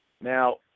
Now